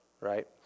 Right